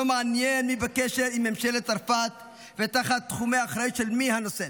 לא מעניין מי בקשר עם ממשלת צרפת ותחת תחומי אחריות של מי הנושא.